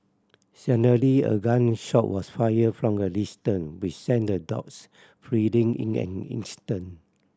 suddenly a gun shot was fired from a distance which sent the dogs fleeing in an instant